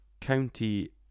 County